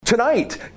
Tonight